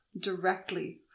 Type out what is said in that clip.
directly